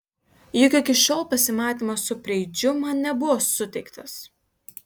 juk iki šiol pasimatymas su preidžiu man nebuvo suteiktas